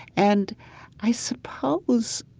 and i suppose,